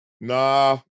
nah